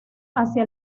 hacia